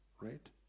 Right